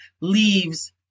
leaves